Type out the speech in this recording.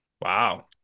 wow